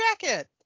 Jacket